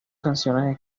canciones